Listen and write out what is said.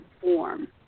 form